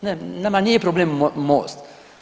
Ne, nama nije problem Most.